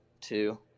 two